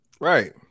Right